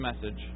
message